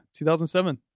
2007